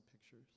pictures